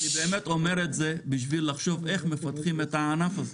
אני אומר את זה באמת בשביל לחשוב איך מפתחים את הענף הזה.